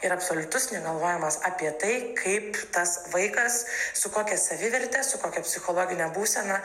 ir absoliutus negalvojimas apie tai kaip tas vaikas su kokia saviverte su kokia psichologine būsena